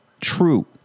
true